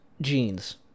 Jeans